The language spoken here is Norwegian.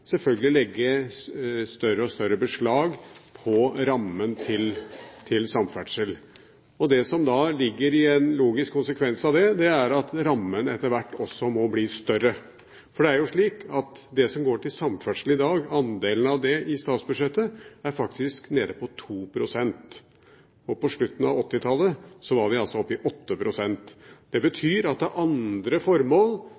selvfølgelig vil legge større og større beslag på rammen til samferdsel. Det som da er en logisk konsekvens, er at rammen etter hvert også må bli større. Det er jo slik at det som går til samferdsel i dag – andelen av det i statsbudsjettet – faktisk er nede på 2 pst. På slutten av 1980-tallet var vi oppe i 8 pst. Det